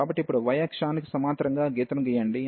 కాబట్టి ఇప్పుడు y అక్షానికి సమాంతరంగా గీతను గీయండి